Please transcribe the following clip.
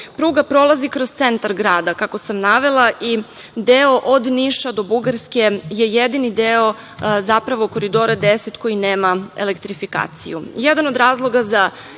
Pruga prolazi kroz centar grada, kao što sam navela, i deo od Niša do Bugarske je jedini deo zapravo Koridora 10 koji nema elektrifikaciju. Jedan